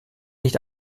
nicht